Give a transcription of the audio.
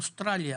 אוסטרליה,